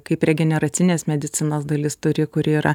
kaip regeneracinės medicinos dalis turi kuri yra